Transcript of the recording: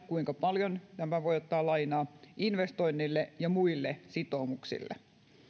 kuinka paljon nämä voivat ottaa lainaa investoinneille ja muille sitoumuksille